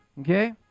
Okay